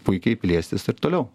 puikiai plėstis ir toliau